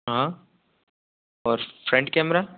हाँ और front camera